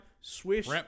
swish